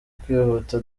kwihuta